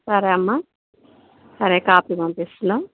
సరేమ్మా సరే కాఫీ పంపిస్తున్నాము